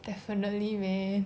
definitely meh